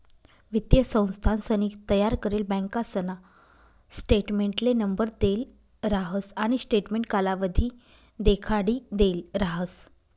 वित्तीय संस्थानसनी तयार करेल बँकासना स्टेटमेंटले नंबर देल राहस आणि स्टेटमेंट कालावधी देखाडिदेल राहस